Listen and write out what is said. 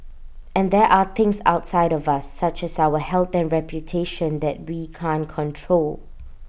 and there are things outside of us such as our health and reputation that we can't control